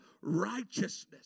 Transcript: righteousness